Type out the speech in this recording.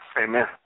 Amen